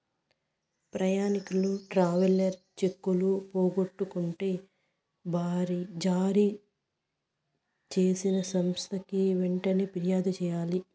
ప్రయాణికులు ట్రావెలర్ చెక్కులు పోగొట్టుకుంటే జారీ చేసిన సంస్థకి వెంటనే ఫిర్యాదు చెయ్యాలి